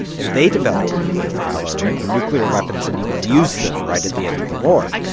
and they developed nuclear power and nuclear weapons and even used them right at the end of the war.